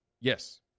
yes